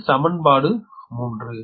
இது சமன்பாடு 3